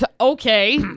okay